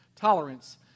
Tolerance